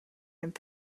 and